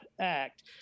act